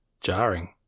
jarring